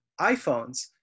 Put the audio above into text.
iPhones